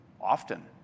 often